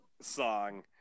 song